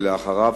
ואחריו,